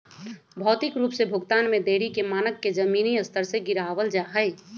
भौतिक रूप से भुगतान में देरी के मानक के जमीनी स्तर से गिरावल जा हई